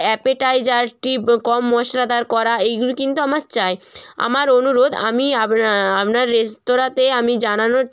অ্যাপেটাইজারটি কম মশলাদার করা এইগুলো কিন্তু আমার চাই আমার অনুরোধ আমি আপনা আপনার রেস্তোরাঁতে আমি জানানোর